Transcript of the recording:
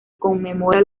conmemora